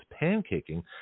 pancaking